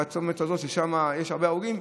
בצומת הזה שיש בו הרבה הרוגים,